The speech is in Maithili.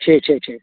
ठीक ठीक ठीक